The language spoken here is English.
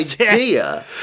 idea